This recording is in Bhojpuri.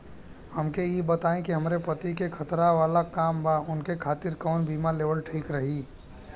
हमके ई बताईं कि हमरे पति क खतरा वाला काम बा ऊनके खातिर कवन बीमा लेवल ठीक रही?